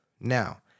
Now